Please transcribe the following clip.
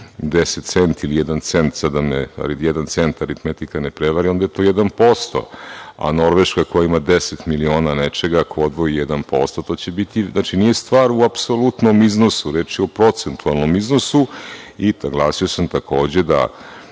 10 centi ili jedan cent, da me aritmetika ne prevari, onda je to 1%, a Norveška koja ima 10 miliona nečega, ako odvoji 1%, to će biti drugačije. Znači, nije stvar u apsolutnom iznosu, reč je o procentualnom iznosu. Naglasio sam, takođe, da